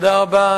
תודה רבה,